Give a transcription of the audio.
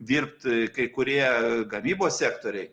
dirbt kai kurie gamybos sektoriai